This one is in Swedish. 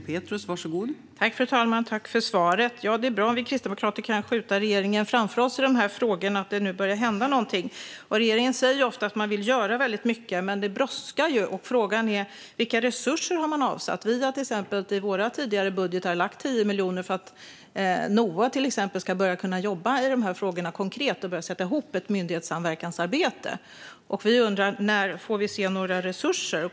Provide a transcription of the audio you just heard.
Fru talman! Tack för svaret! Det är bra om vi kristdemokrater kan skjuta regeringen framför oss i dessa frågor och att det nu börjar hända någonting. Regeringen säger ofta att man vill göra mycket, men det brådskar ju. Frågan är vilka resurser man har avsatt. Vi har till exempel i våra tidigare budgetar lagt 10 miljoner för att till exempel NOA ska kunna börja jobba konkret med dessa frågor och sätta ihop ett myndighetssamverkansarbete. Vi undrar: När får vi se några resurser?